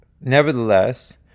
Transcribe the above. nevertheless